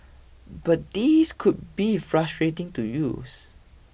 but these could be frustrating to use